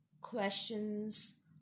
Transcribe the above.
questions